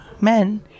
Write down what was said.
men